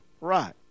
right